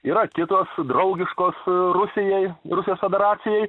yra kitos draugiškos rusijai rusijos federacijai